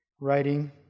writing